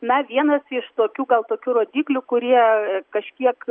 na vienas iš tokių gal tokių rodiklių kurie kažkiek